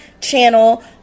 channel